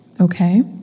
Okay